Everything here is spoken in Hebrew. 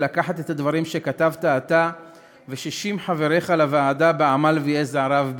לקחת את הדברים שכתבת אתה ו-60 חבריך לוועדה בעמל ויזע רב,